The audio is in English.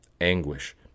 anguish